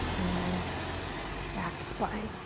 nice, stacked spine.